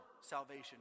salvation